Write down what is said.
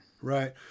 Right